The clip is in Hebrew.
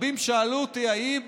רבים שאלו אותי: האם